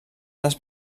les